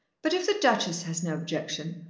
but if the duchess has no objection,